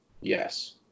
yes